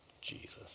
Jesus